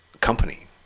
company